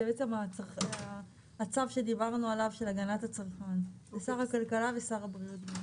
זה הצו של הגנת הצרכן שדיברנו עליו.